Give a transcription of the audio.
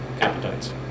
appetites